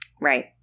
Right